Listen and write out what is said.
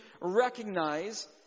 recognize